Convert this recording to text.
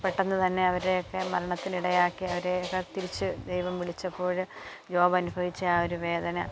പെട്ടന്ന് തന്നെ അവരെയൊക്കെ മരണത്തിന് ഇടയാക്കിയ അവരെയൊക്ക തിരിച്ചു ദൈവം വിളിച്ചപ്പോൾ ജോബ് അനുഭവിച്ച ആ ഒരു വേദന